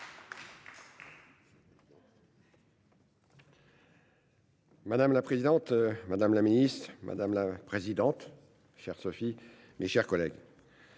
Madame la présidente, madame la ministre, madame la présidente chère Sophie. Mes chers collègues.